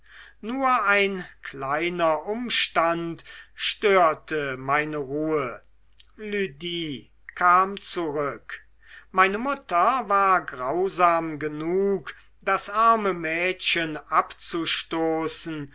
nur ein kleiner umstand störte meine ruhe lydie kam zurück meine mutter war grausam genug das arme mädchen abzustoßen